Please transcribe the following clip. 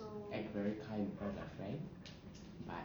act very kind in front of friend but